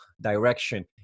direction